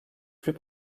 plus